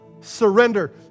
Surrender